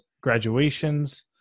graduations